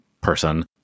person